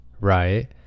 right